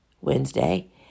Wednesday